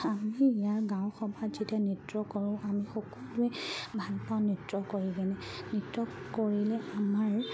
আমি ইয়াৰ গাঁৱৰ সভাত যেতিয়া নৃত্য কৰোঁ আমি সকলোৱে ভাল পাওঁ নৃত্য কৰি কেনে নৃত্য কৰিলে আমাৰ